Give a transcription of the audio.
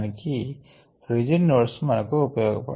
rigid notes మంకు ఉపయోగ పడవు